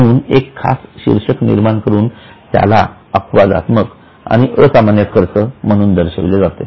म्हणून खास एक शीर्षक निर्माण करून त्याला अपवादात्मक आणि असामान्य खर्च म्हणून दर्शविले जाते